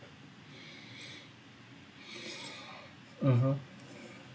mmhmm